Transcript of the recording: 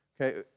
Okay